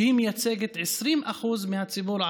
שמייצגת 20% מהציבור,